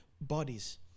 bodies